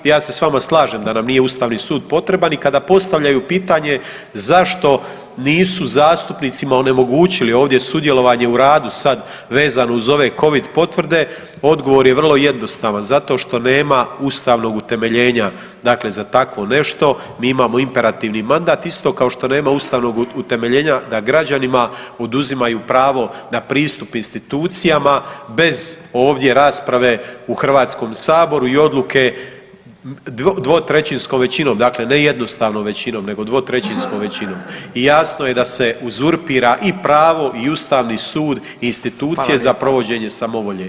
Ja se s vama slažem da nam nije Ustavni sud potreban i kada postavljaju pitanje zašto nisu zastupnicima onemogućili ovdje sudjelovanje u radu sad vezano uz ove Covid potvrde, odgovor je vrlo jednostavan, zato što nema ustavnog utemeljenja, dakle za tako nešto, mi imamo imperativni mandat, isto kao što nema ustavnog utemeljenja da građanima oduzimaju pravo na pristup institucijama bez ovdje rasprave u HS-u i odluke dvotrećinskom većinom, dakle ne jednostavnom većinom, nego dvotrećinskom većinom i jasno je da se uzurpira i pravo i Ustavni sud i institucije za provođenje [[Upadica: Hvala lijepa.]] samovolje.